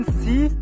see